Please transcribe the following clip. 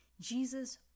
Jesus